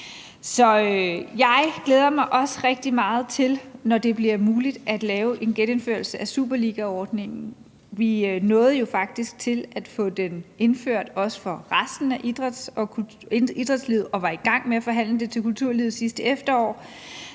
jeg glæder mig også rigtig meget til, at det bliver muligt at lave en genindførelse af superligaordningen. Vi nåede jo faktisk til at få den indført – også for resten af idrætslivet – og var i gang med at forhandle ordningen for kulturlivet sidste efterår.